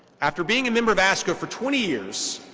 after being a member of asco for twenty years,